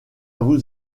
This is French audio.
vous